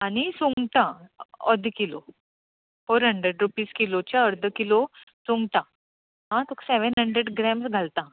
आनी सुंगटां अर्द किलो फौर हंड्रेड रुपिझचे अर्द किलो सुंगटां तुका सेव्हन हंड्रॅड ग्रॅम्स घालतां